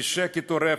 "כי שקט הוא רפש".